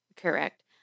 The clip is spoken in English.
Correct